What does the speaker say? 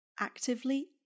actively